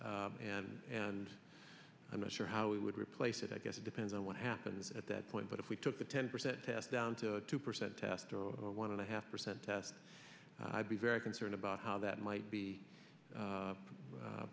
test and i'm not sure how we would replace it i guess it depends on what happens at that point but if we took the ten percent test down to two percent test or one and a half percent test i'd be very concerned about how that might be